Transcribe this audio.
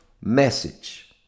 message